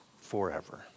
forever